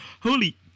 Holy